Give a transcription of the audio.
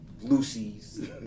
Lucy's